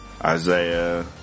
isaiah